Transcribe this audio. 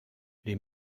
les